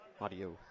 audio